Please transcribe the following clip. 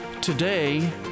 Today